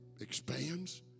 expands